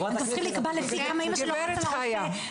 --- נקבע לפי כמה אימא שלו רצה לרופא,